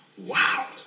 Wow